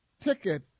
ticket